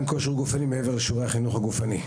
שיעורי כושר גופני מעבר לשיעורי החינוך הגופני.